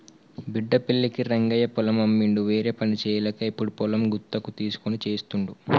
బిడ్డ పెళ్ళికి రంగయ్య పొలం అమ్మిండు వేరేపని చేయలేక ఇప్పుడు పొలం గుత్తకు తీస్కొని చేస్తుండు